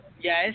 Yes